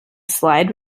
slide